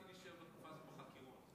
בחקירות.